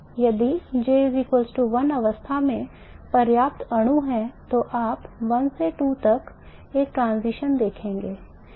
यदि J 1 अवस्था में पर्याप्त अणु हैं तो आप 1 से 2 तक एक transition देखेंगे